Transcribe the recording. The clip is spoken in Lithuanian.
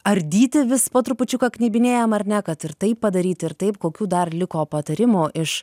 ardyti vis po trupučiuką knibinėjam ar ne kad ir taip padaryt ir taip kokių dar liko patarimų iš